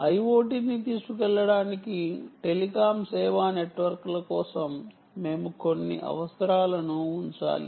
IoT ను తీసుకెళ్లడానికి telecom సేవా నెట్వర్క్ల కోసం మేము కొన్ని అవసరాలను ఉంచాలి